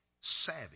savvy